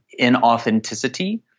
inauthenticity